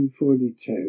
1942